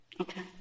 Okay